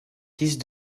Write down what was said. fils